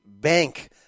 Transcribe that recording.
bank